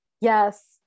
yes